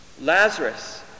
Lazarus